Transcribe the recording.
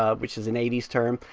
ah which is an eighty s term,